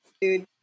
dude